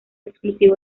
exclusivo